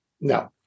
No